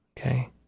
Okay